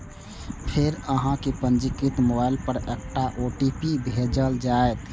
फेर अहांक पंजीकृत मोबाइल पर एकटा ओ.टी.पी भेजल जाएत